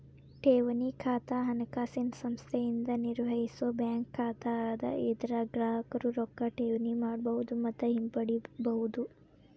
ಠೇವಣಿ ಖಾತಾ ಹಣಕಾಸಿನ ಸಂಸ್ಥೆಯಿಂದ ನಿರ್ವಹಿಸೋ ಬ್ಯಾಂಕ್ ಖಾತಾ ಅದ ಇದರಾಗ ಗ್ರಾಹಕರು ರೊಕ್ಕಾ ಠೇವಣಿ ಮಾಡಬಹುದು ಮತ್ತ ಹಿಂಪಡಿಬಹುದು